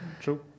True